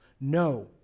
No